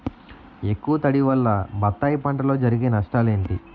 ఎక్కువ తడి వల్ల బత్తాయి పంటలో జరిగే నష్టాలేంటి?